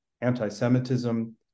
anti-Semitism